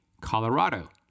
Colorado